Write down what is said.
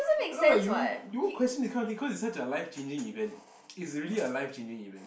I know like you won't you won't question that kind of thing cause it's such a life changing event it's really a life changing event